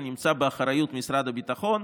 הנמצא באחריות משרד הביטחון.